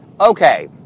Okay